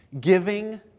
giving